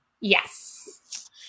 Yes